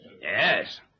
Yes